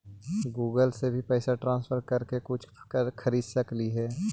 Google से भी पैसा ट्रांसफर कर के कुछ खरिद सकलिऐ हे?